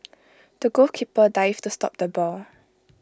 the goalkeeper dived to stop the ball